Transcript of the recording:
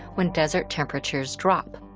when desert temperatures drop.